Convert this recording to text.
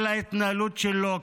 כל ההתנהלות שלו,